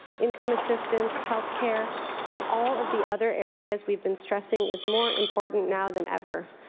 income assistance, health care and all of the other areas we've been stressing is more important now than ever,